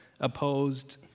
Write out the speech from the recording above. opposed